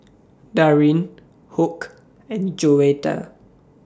Daryn Hoke and Joetta